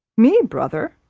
me, brother!